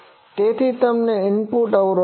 તેથી તે તમને ઇનપુટ અવરોધ આપશે